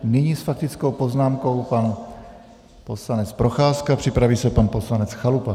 Nyní s faktickou poznámkou pan poslanec Procházka, připraví se pan poslanec Chalupa.